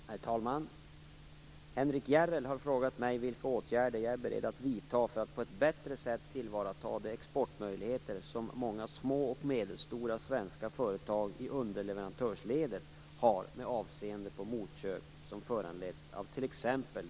Herr talman! Henrik Järrel har frågat mig vilka åtgärder jag är beredd att vidta för att på ett bättre sätt tillvarata de exportmöjligheter som många små och medelstora svenska företag i underleverantörsledet har med avseende på motköp som föranleds av t.ex.